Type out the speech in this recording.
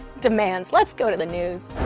demands. lets go to the news.